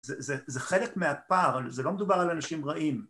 זה חלק מהפער, זה לא מדובר על אנשים רעים